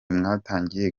mwatangiye